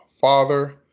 father